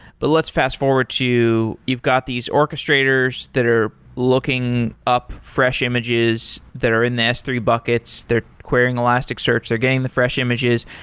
but let's fast-forward to you've got these orchestrators that are looking up fresh images that are in the s three buckets. they're querying elasticsearch. they're getting the fresh images.